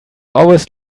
always